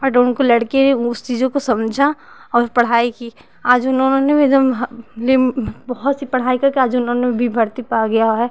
but उनके लड़के उस चीज़ों को समझा और पढ़ाई की आज उन्होंने एकदम लिम बहुत सी पढ़ाई करके आज उन्होंने भी भर्ती पा गया है